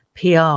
PR